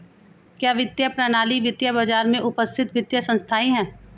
क्या वित्तीय प्रणाली वित्तीय बाजार में उपस्थित वित्तीय संस्थाएं है?